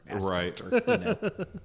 right